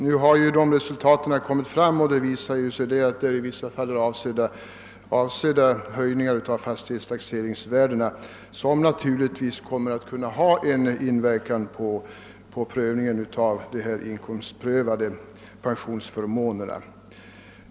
Nu har de nya värdena givits till känna, och det har visat sig att de i vissa fall innebär avsevärda höjningar, som naturligtvis kommer att kunna inverka på prövningen av de inkomstprövade pensionsförmånerna.